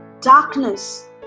darkness